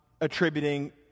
attributing